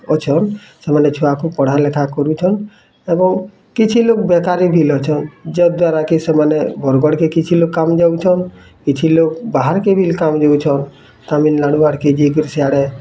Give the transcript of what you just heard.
ଅଛନ୍ ସେମାନେ ଛୁଆକୁ ପଢ଼ା ଲେଖା କରୁଛନ୍ ଏବଂ କିଛି ଲୋଗ୍ ବେକାରୀ ବିଲ୍ ଅଛନ୍ ଯ ଦ୍ଵାରା କି ସେମାନେ ବରଗଡ଼୍ କେ କିଛି ଲୋଗ କାମ୍ ଯାଉଛନ୍ କିଛି ଲୋଗ୍ ବାହାର୍ କେ ବି କାମ୍ ଯାଉଛନ୍ ତାମିଲନାଡ଼ୁ ଆର୍ କେ ଯାଇକରି ସିଆଡ଼େ